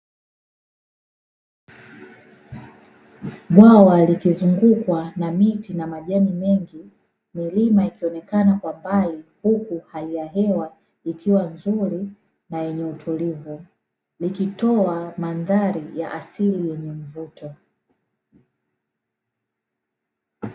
Bwawa likizungukwa na miti na majani mengi. Milima ikionekana kwa mbali, huku hali ya hewa ikiwa nzuri na yenye utulivu, ikitoa mandhari ya asili yenye mvuto.